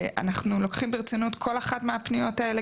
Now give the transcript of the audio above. אנחנו לוקחים ברצינות כל אחת מהפניות האלה,